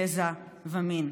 גזע ומין.